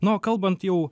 nu o kalbant jau